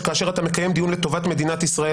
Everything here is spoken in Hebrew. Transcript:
שכאשר אתה מקיים דיון לטובת מדינת ישראל,